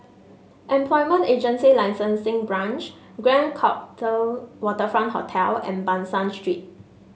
Employment Agency Licensing Branch Grand Waterfront Hotel and Ban San Street